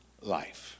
life